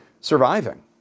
surviving